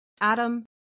Adam